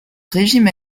régime